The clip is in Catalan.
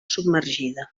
submergida